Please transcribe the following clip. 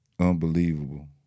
unbelievable